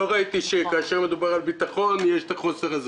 לא ראיתי שכאשר מדובר על ביטחון יש את החוסר הזה.